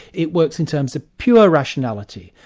it works in terms of pure rationality.